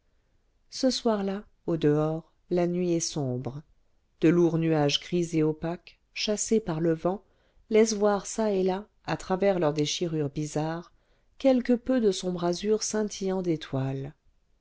ce soir-là au-dehors la nuit est sombre de lourds nuages gris et opaques chassés par le vent laissent voir çà et là à travers leurs déchirures bizarres quelque peu de sombre azur scintillant d'étoiles